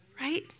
right